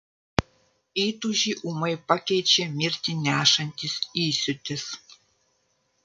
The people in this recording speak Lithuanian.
įtūžį ūmai pakeičia mirtį nešantis įsiūtis